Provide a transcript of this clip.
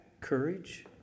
courage